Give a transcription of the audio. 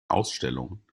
ausstellungen